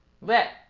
let